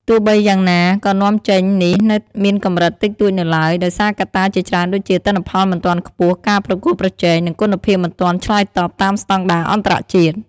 ទោះបីយ៉ាងណា ការនាំចេញនេះនៅមានកម្រិតតិចតួចនៅឡើយ ដោយសារកត្តាជាច្រើនដូចជា ទិន្នផលមិនទាន់ខ្ពស់ ការប្រកួតប្រជែង និងគុណភាពមិនទាន់ឆ្លើយតបតាមស្តង់ដារអន្តរជាតិ។